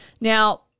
Now